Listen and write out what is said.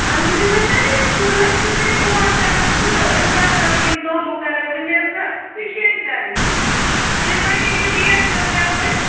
اہن حَظ یِم ٲسۍ نَہ یِم لٔڑکہٕ سٕنٛدۍ فون کَران تہٕ أسۍ کَر کَرو یِم دۄہ مُقرر وؤنۍ ٲسۍ نہٕ ونشٲنۍ کَرٕنۍ تُہۍ ؤنِو یہِ ڈیٹ کَر کَرو أسۍ